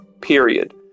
period